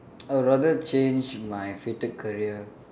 I would rather change my fated career